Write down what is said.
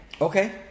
Okay